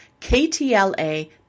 KTLA